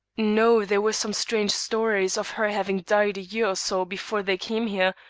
no there were some strange stories of her having died a year or so before they came here,